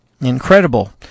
incredible